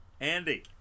Andy